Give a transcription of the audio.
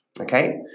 Okay